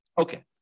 Okay